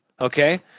okay